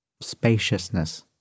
Spaciousness